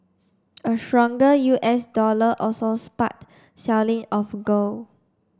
a stronger U S dollar also sparked selling of gold